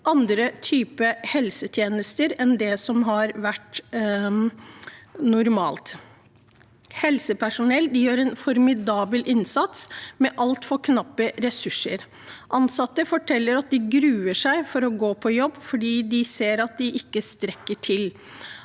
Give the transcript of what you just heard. andre typer helsetjenester enn det som har vært normalt. Helsepersonell gjør en formidabel innsats med altfor knappe ressurser. Ansatte forteller at de gruer seg til å gå på jobb fordi de ser at de ikke strekker til,